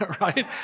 right